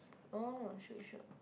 oh should should